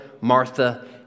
Martha